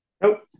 Nope